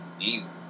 easy